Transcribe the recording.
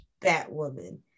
Batwoman